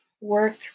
work